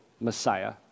messiah